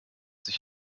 sich